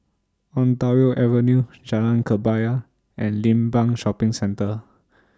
Ontario Avenue Jalan Kebaya and Limbang Shopping Centre